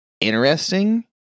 interesting